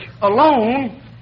alone